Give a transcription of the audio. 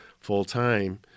full-time